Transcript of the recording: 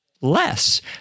less